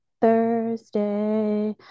thursday